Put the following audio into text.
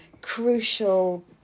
crucial